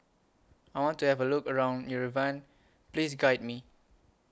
I want to Have A Look around Yerevan Please Guide Me